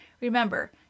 Remember